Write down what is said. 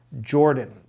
Jordan